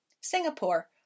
Singapore